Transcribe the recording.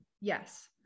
Yes